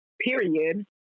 period